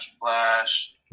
Flash